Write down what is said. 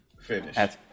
finish